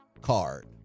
card